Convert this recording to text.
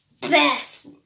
best